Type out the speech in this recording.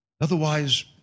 Otherwise